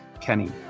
Kenny